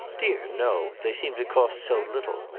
dear no they seem to cost so little.